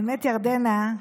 האמת, ירדנה,